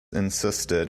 insisted